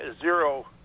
zero